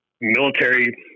military